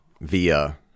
via